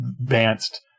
advanced